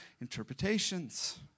interpretations